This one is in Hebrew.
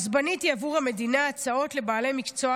אז בניתי עבור המדינה הצעות לבעלי מקצוע